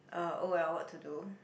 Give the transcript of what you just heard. uh oh well what to do